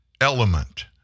element